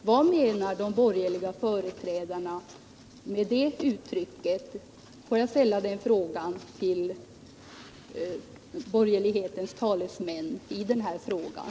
Vad menar de som företräder de borgerliga partierna med det uttrycket? Låt mig ställa den frågan till borgerlighetens talesmän i den här debatten.